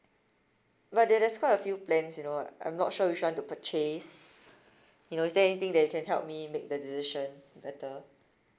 but there there's quite a few plans you know I'm not sure which one to purchase you know is there anything that you can help me make the decision better